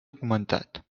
augmentat